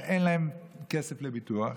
שאין להם כסף לביטוח,